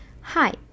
Hi